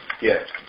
Yes